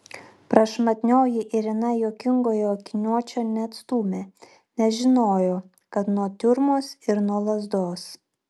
prašmatnioji irina juokingojo akiniuočio neatstūmė nes žinojo kad nuo tiurmos ir nuo lazdos